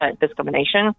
discrimination